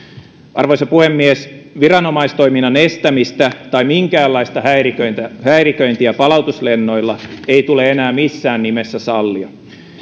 arvoisa puhemies viranomaistoiminnan estämistä tai minkäänlaista häiriköintiä häiriköintiä palautuslennoilla ei tule enää missään nimessä sallia